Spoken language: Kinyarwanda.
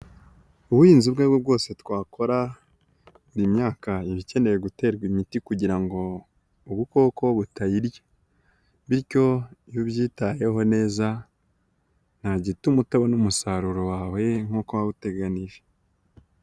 Ubuhinzi ubwo ari bwo bwose twakora buri myaka iba ikeneye guterwa imiti kugira ngo ubukoko butayiryaye, bityo iyo ubyitayeho neza nta gituma utabona umusaruro wawe nk'uko wawuteganije.